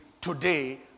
today